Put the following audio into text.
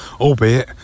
albeit